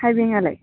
थाइबेंआलाय